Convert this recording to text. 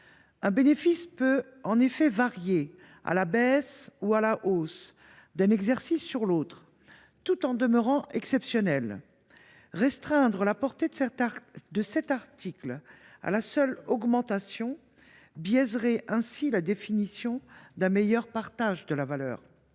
Un bénéfice peut, en effet, varier à la baisse ou à la hausse d’un exercice sur l’autre tout en demeurant exceptionnel. Restreindre la portée de cet article à la seule augmentation biaiserait ainsi la définition d’un meilleur partage de la valeur.